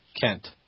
Kent